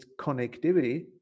connectivity